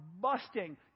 busting